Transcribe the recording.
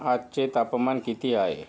आजचे तापमान किती आहे